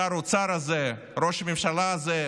שר האוצר הזה, ראש הממשלה הזה,